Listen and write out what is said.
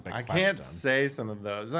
i can't say some of those.